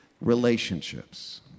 relationships